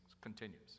continues